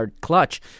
clutch